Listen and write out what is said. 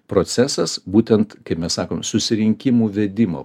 procesas būtent kaip mes sakom susirinkimų vedimo